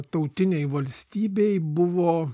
tautinei valstybei buvo